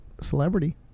celebrity